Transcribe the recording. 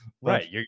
Right